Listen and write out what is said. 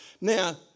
Now